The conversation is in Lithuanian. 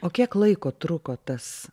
o kiek laiko truko tas